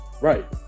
right